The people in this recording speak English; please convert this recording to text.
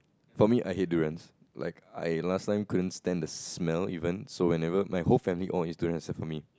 for me I hate durians like I last time couldn't stand the smell even so whenever my whole family all eat durian except for me